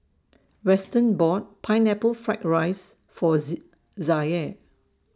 Weston bought Pineapple Fried Rice For Zaire